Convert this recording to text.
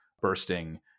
bursting